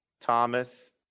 Thomas